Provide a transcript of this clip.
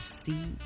see